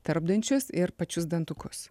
tarpdančius ir pačius dantukus